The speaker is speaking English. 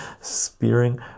spearing